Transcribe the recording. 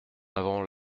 avons